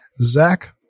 Zach